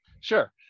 sure